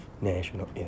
national